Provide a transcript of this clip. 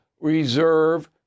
reserve